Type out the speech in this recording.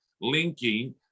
linking